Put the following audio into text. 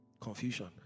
confusion